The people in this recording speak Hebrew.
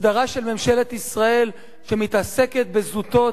הסדרה של ממשלת ישראל שמתעסקת בזוטות.